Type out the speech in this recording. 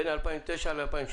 בין 2009 ל-2013,